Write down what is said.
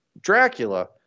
Dracula